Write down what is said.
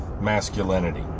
masculinity